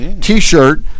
T-shirt